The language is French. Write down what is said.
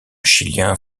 chilien